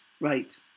Right